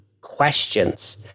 questions